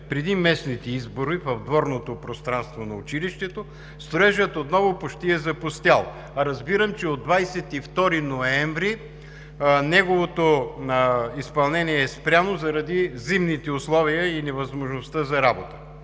преди местните избори в дворното пространство на училището строежът отново почти е запустял. А разбирам, че от 22 ноември неговото изпълнение е спряно заради зимните условия и невъзможността за работа.